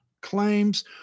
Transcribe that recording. claims